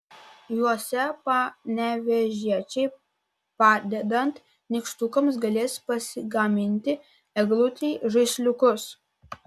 jose panevėžiečiai padedant nykštukams galės pasigaminti eglutei žaisliukus